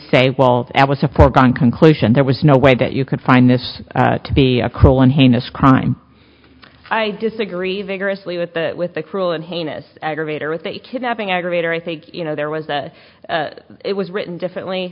say well that was a foregone conclusion there was no way that you could find this to be a cruel and heinous crime i disagree vigorously with the with the cruel and heinous aggravated with a kidnapping aggravator i think you know there was a it was written differently